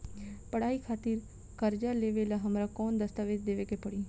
पढ़ाई खातिर कर्जा लेवेला हमरा कौन दस्तावेज़ देवे के पड़ी?